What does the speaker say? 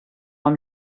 amb